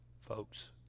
folks